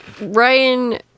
ryan